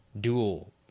dual